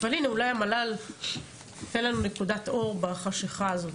אבל הנה אולי המל"ל ייתן לנו נקודת אור בחשכה הזאת.